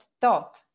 thought